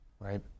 Right